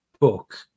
book